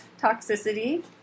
toxicity